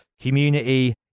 community